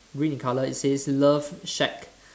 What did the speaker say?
green in colour it says love shack